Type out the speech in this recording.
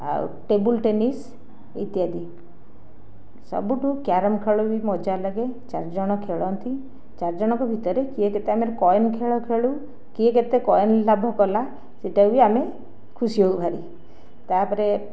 ଆଉ table tennis ଇତ୍ୟାଦି ସବୁଠୁ କ୍ୟାରମ୍ ଖେଳ ବି ମଜା ଲାଗେ ଚାରିଜଣ ଖେଳନ୍ତି ଚାରିଜଣଙ୍କ ଭିତରେ କିଏ କେତେ ଆମର କଏନ୍ ଖେଳ ଖେଳୁ କିଏ କେତେ କଏନ୍ ଲାଭ କଲା ସେହିଟା ବି ଆମେ ଖୁସି ହେଉ ଭାରି ତା ପରେ